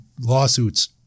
lawsuits